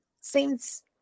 seems